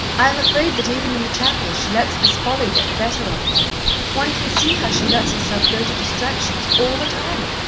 i am afraid that even in the chapel she lets this folly get the better of her one can see how she lets herself go to distractions all the time.